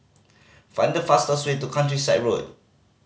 find the fastest way to Countryside Road